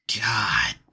God